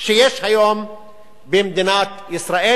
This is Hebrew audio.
שיש היום במדינת ישראל,